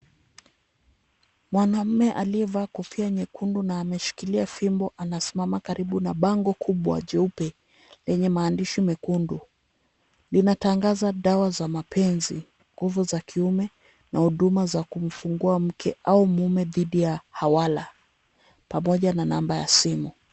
Mwanamume aliyevalaa kofia nyekundu na ameshikilia fimbo anasimama karibu na bango kubwa jeupe lenye maandishi mekundu. Linatangaza dawa za mapenzi, nguvu za kiume na huduma za kumfungua mke au mume dhidi ya hawala pamoja na namba ya simu.